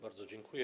Bardzo dziękuję.